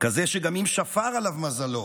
שגם אם שפר עליו מזלו